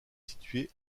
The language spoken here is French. situé